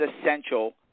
essential